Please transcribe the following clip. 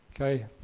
Okay